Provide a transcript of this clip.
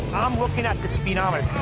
i'm looking at the speedometer.